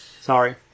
Sorry